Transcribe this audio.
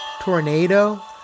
tornado